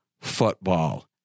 football